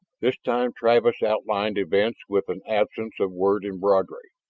this time travis outlined events with an absence of word embroidery.